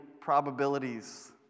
probabilities